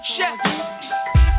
Chef